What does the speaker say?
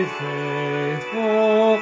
faithful